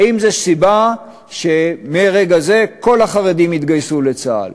האם זו סיבה שמרגע זה כל החרדים יתגייסו לצה"ל?